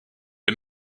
est